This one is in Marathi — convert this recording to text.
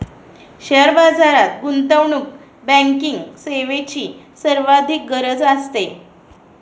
शेअर बाजारात गुंतवणूक बँकिंग सेवेची सर्वाधिक गरज असते